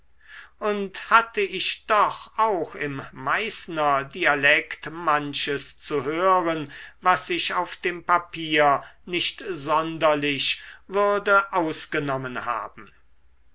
und hatte ich doch auch im meißner dialekt manches zu hören was sich auf dem papier nicht sonderlich würde ausgenommen haben